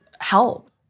help